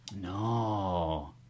No